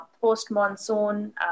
post-monsoon